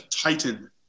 Titan